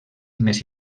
més